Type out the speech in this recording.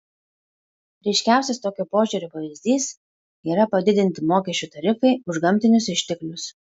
ryškiausias tokio požiūrio pavyzdys yra padidinti mokesčių tarifai už gamtinius išteklius